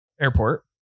airport